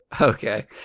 Okay